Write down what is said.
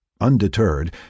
Undeterred